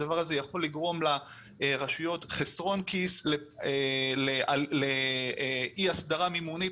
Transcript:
הדבר הזה יכול לגרום לרשויות חסרון כיס על אי הסדרה מימונית